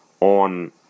on